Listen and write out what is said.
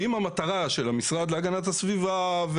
אם המטרה של המשרד להגנת הסביבה,